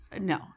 No